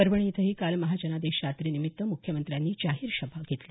परभणी इथंही काल महाजनादेश यात्रेनिमित्त मुख्यमंत्र्यांनी जाहीर सभा घेतली